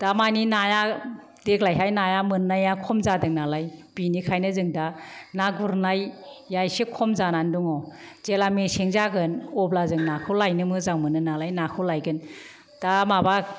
दामानि नाया देग्लायहाय नाया मोननाया खम जादोंनालाय बिनिखायनो जों दा ना गुरनाया एसे खमजानानै दङ जेब्ला मेसें जागोन अब्ला जों नाखौ लायनो मोजां मोनो नालाय नाखौ लायगोन दा माबा